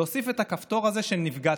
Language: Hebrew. להוסיף את הכפתור הזה של "נפגעתי".